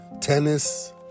tennis